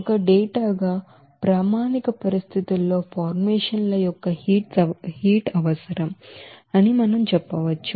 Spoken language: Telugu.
ఒక డేటాగా ప్రామాణిక పరిస్థితుల్లో ఫార్మేషన్ ల యొక్క హీట్స్ అవసరం అని మనం చెప్పవచ్చు